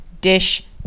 dish